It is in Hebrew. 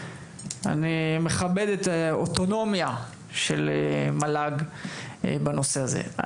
אני מכבד את האוטונומיה של מל"ג בנושא הזה.